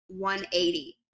180